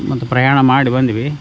ಮತ್ತೆ ಪ್ರಯಾಣ ಮಾಡಿ ಬಂದ್ವಿ